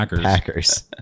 packers